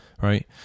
right